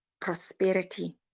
prosperity